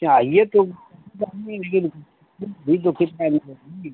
चाहिए तो